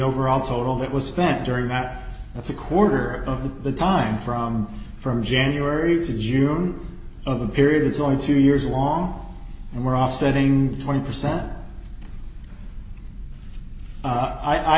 overall total that was spent during that that's a quarter of the time from from january to june of the period is only two years long and we're offsetting twenty percent